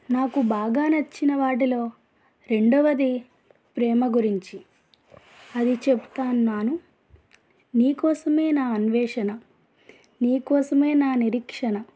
నాకు బాగా నచ్చిన వాటిలో రెండవది ప్రేమ గురించి అది చెప్తున్నాను నీ కోసమే నా అన్వేషణ నీ కోసమే నా నిరీక్షణ